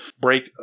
break